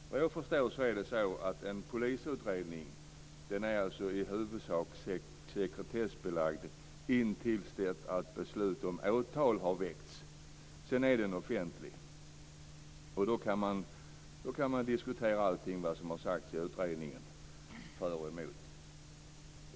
Såvitt jag förstår är en polisutredning i huvudsak sekretessbelagd intill dess beslut om åtal har väckts. Sedan är den offentlig. Då kan man diskutera allt som har sagts i utredningen, för och emot.